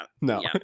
No